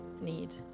need